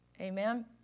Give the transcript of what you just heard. Amen